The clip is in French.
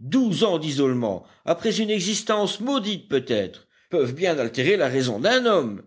douze ans d'isolement après une existence maudite peut-être peuvent bien altérer la raison d'un homme